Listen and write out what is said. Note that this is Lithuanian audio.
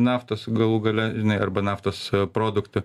naftos galų gale žinai arba naftos produktų